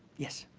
yes.